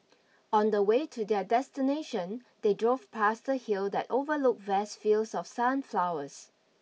on the way to their destination they drove past the hill that overlooked vast fields of sunflowers